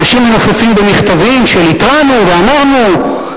אנשים מנופפים במכתבים של "התרענו" ו"אמרנו",